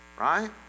right